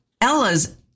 Ella's